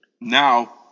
now